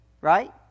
Right